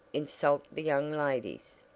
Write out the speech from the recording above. insult the young ladies!